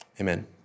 Amen